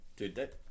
Dude